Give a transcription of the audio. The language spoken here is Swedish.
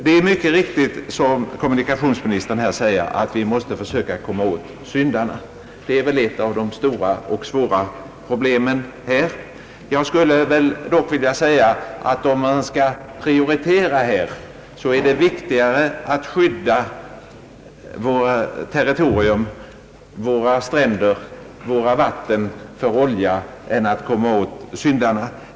Det är mycket riktigt som kommunikationsministern här säger, att vi måste komma åt syndarna. Det är väl ett av de stora och svåra problemen här. Jag skulle dock vilja säga att om man skall prioritera så är det viktigare att skydda våra stränder och våra vatten mot olja än att komma åt syndarna.